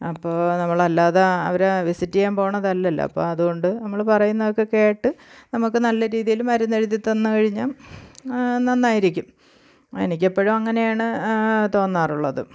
അപ്പോൾ നമ്മൾ അല്ലാതെ അവരെ വിസിറ്റ് ചെയ്യാൻ പോണതല്ലല്ലോ അപ്പോൾ അതുകൊണ്ട് നമ്മൾ പറയുന്നതൊക്കെ കേട്ട് നമുക്ക് നല്ല രീതിയിൽ മരുന്ന് എഴുതി തന്നു കഴിഞ്ഞാൽ നന്നായിരിക്കും എനിക്ക് എപ്പോഴും അങ്ങനെയാണ് തോന്നാറുള്ളത്